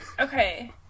Okay